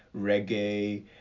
reggae